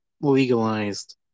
legalized